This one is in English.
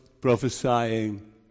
prophesying